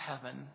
heaven